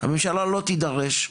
הממשלה לא תידרש,